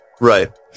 Right